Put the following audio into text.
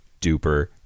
duper